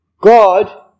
God